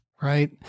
right